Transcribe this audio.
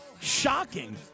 Shocking